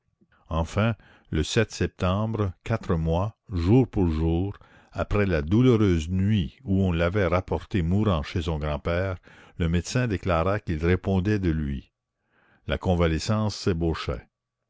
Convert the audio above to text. enfin le septembre quatre mois jour pour jour après la douloureuse nuit où on l'avait rapporté mourant chez son grand-père le médecin déclara qu'il répondait de lui la convalescence